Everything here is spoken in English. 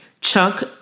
Chunk